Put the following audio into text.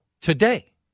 today